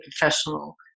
professional